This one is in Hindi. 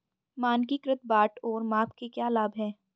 मानकीकृत बाट और माप के क्या लाभ हैं?